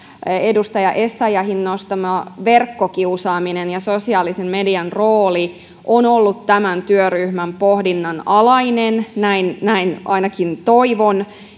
edustaja essayahin nostama verkkokiusaaminen ja sosiaalisen median rooli on ollut työryhmän pohdinnan alainen näin näin ainakin toivon